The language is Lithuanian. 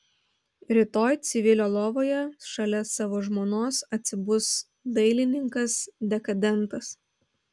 rytoj civilio lovoje šalia savo žmonos atsibus dailininkas dekadentas